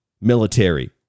military